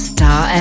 Star